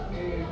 mm